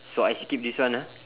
so I skip this one ah